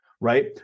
right